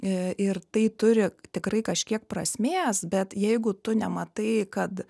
ir tai turi tikrai kažkiek prasmės bet jeigu tu nematai kad